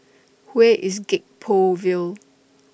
Where IS Gek Poh Ville